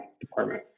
department